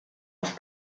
auf